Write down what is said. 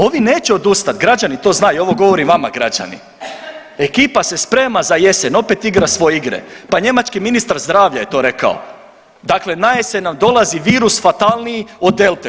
Ovi neće odustat, građani to znaju, ovo govorim vama građani, ekipa se sprema za jesen, opet igra svoje igre, pa njemački ministar zdravlja je to rekao, dakle najesen nam dolazi virus fatalniji od delte.